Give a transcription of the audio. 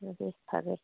ꯑꯗꯨꯗꯤ ꯐꯔꯦ